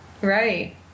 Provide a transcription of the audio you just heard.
Right